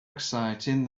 exciting